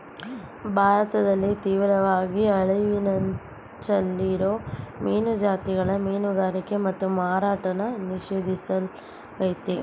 ಭಾರತದಲ್ಲಿ ತೀವ್ರವಾಗಿ ಅಳಿವಿನಂಚಲ್ಲಿರೋ ಮೀನು ಜಾತಿಗಳ ಮೀನುಗಾರಿಕೆ ಮತ್ತು ಮಾರಾಟನ ನಿಷೇಧಿಸ್ಲಾಗಯ್ತೆ